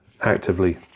actively